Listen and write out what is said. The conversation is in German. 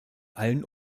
allen